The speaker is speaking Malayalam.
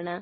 അതിനാൽ